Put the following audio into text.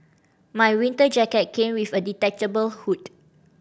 my winter jacket came with a detachable hood